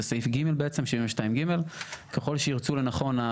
סעיף 72(ג) ככל שירצו לנכון,